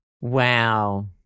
Wow